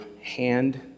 hand